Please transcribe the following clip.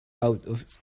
out